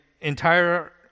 entire